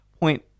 point